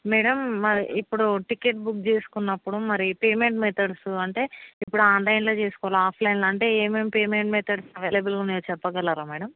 madam మాది ఇప్పుడు ticket book చేసుకున్నప్పుడు మరి పేమెంట్ మెతడ్స్ అంటే ఇప్పుడు ఆన్లైన్లో చేసుకోవాలా ఆఫ్లైన్లో అంటే ఏమేమి పేమెంట్ మెతడ్స్ అవైలబుల్ ఉన్నాయో చెప్పగలరా మ్యాడమ్